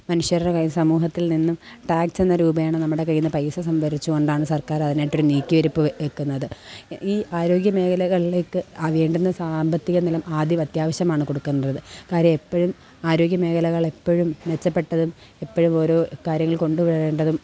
മനുഷ്യരുടെ കയ്യിൽ സമൂഹത്തിൽ നിന്നും ടേക്സെന്ന രൂപേണ നമ്മുടെ കയ്യിൽ നിന്നു പൈസ സംഭരിച്ചു കൊണ്ടാണ് സർക്കാർ അതിനായിട്ടൊരു നീക്കിയിരിപ്പു വെക്കുന്നത് ഈ ആരോഗ്യമേഖലകളിലേക്കു വേണ്ടുന്ന സാമ്പത്തിക നിലം ആദ്യം അത്യാവശ്യമാണ് കൊടുക്കേണ്ടത് കാര്യം എപ്പോഴും ആരോഗ്യമേഖലകളെപ്പോഴും മെച്ചപ്പെട്ട് എപ്പോഴും ഓരോ കാര്യങ്ങൾ കൊണ്ടു വരേണ്ടതും